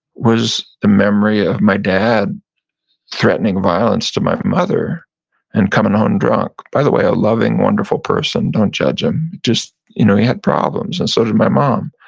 was the memory of my dad threatening violence to my mother and coming home drunk. by the way, a loving, wonderful person, don't judge him just you know he had problems and so did my mom.